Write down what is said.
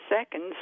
seconds